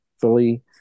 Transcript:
fully